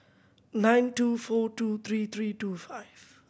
nine two four two three three two five